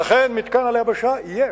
ולכן, מתקן על היבשה יהיה.